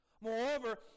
Moreover